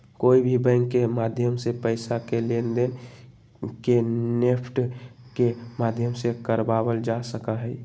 कोई भी बैंक के माध्यम से पैसा के लेनदेन के नेफ्ट के माध्यम से करावल जा सका हई